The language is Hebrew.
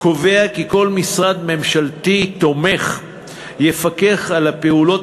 קובע כי כל משרד ממשלתי תומך יפקח על הפעולות